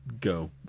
go